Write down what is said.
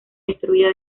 destruida